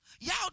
Y'all